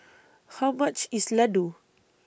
How much IS Laddu